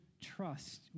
trust